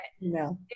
no